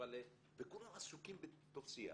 וכולם עסוקים בטופסיאדה,